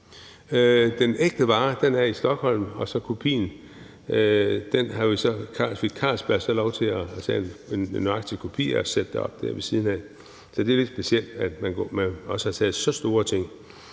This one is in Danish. Den ægte vare er i Stockholm, og Carlsberg fik så lov til at tage en nøjagtig kopi af den og sætte den op der ved siden af. Så det er lidt specielt, at man også har taget så store ting.